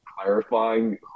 Clarifying